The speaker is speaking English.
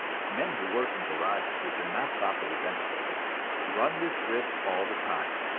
men who work in garages which are not properly ventilated run this risk all the time,